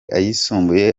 ayisumbuye